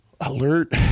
Alert